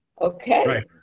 okay